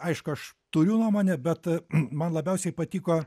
aišku aš turiu nuomonę bet man labiausiai patiko